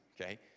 Okay